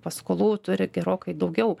paskolų turi gerokai daugiau